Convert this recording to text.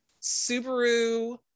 Subaru